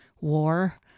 war